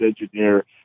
engineer